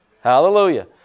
hallelujah